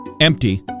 Empty